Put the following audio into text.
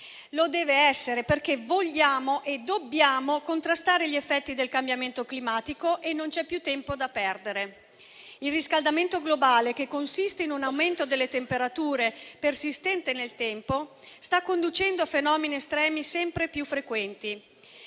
Lo deve essere perché vogliamo e dobbiamo contrastare gli effetti del cambiamento climatico e non c'è più tempo da perdere. Il riscaldamento globale, che consiste in un aumento delle temperature persistente nel tempo, sta conducendo a fenomeni estremi sempre più frequenti;